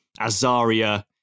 Azaria